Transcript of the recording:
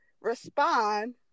Respond